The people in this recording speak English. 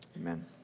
amen